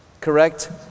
correct